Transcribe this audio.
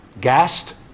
gassed